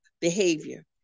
behavior